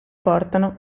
portano